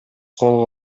кол